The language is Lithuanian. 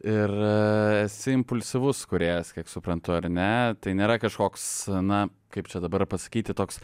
ir esi impulsyvus kūrėjas kiek suprantu ar ne tai nėra kažkoks na kaip čia dabar pasakyti toks